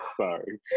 Sorry